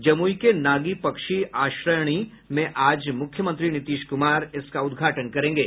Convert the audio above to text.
जमुई के नागी पक्षी आश्रयणी में आज मुख्यमंत्री नीतीश कुमार इसका उद्घाटन करेंगे